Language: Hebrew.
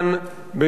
במערכת החינוך,